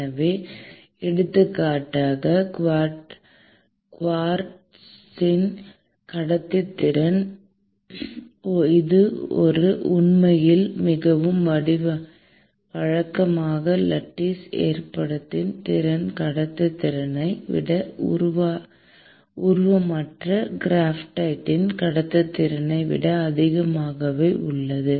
எனவே எடுத்துக்காட்டாக குவார்ட்ஸின் கடத்துத்திறன் இது உண்மையில் மிகவும் வழக்கமான லட்டிஸ் ஏற்பாட்டின் கடத்துத்திறனை விட உருவமற்ற கிராஃபைட்டின் கடத்துத்திறனை விட அதிகமாக உள்ளது